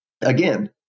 again